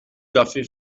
café